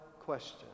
question